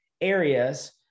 areas